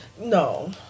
No